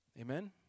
Amen